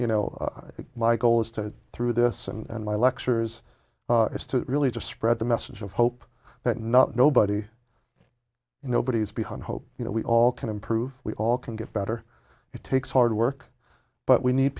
you know my goal is to through this and my lectures is to really just spread the message of hope that not nobody nobody is beyond hope you know we all can improve we all can get better it takes hard work but we need